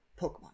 Pokemon